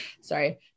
sorry